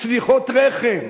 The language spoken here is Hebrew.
צניחות רחם,